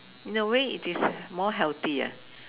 in a way it is more healthy ah